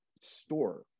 store